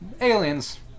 aliens